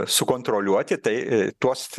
sukontroliuoti tai tuos